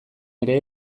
ere